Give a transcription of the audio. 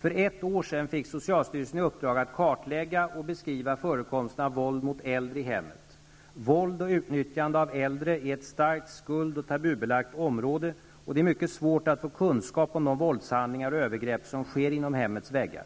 För ett år sedan fick socialstyrelsen i uppdrag att kartlägga och beskriva förekomsten av våld mot äldre i hemmet. Våld och utnyttjande av äldre är ett starkt skuld och tabubelagt område, och det är mycket svårt att få kunskap om de våldshandlingar och övergrepp som sker inom hemmets väggar.